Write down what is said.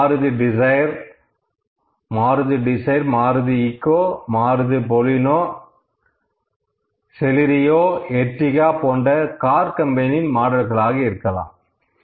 அது Maruti dzire Maruti Eeco Baleno Celerio Ertiga போன்று car கம்பெனியின் மாடல்களாக இருக்கலாம்